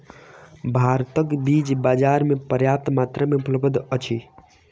भारतक बीज बाजार में पर्याप्त मात्रा में उपलब्ध अछि